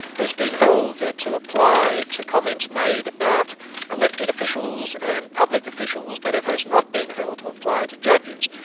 has been held ah to apply to comments made about elected officials and public officials but it has not been held to apply to judges.